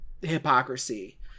hypocrisy